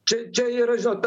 čia čia yra žinot